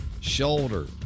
shoulder